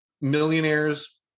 millionaires